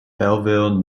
belleville